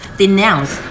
denounce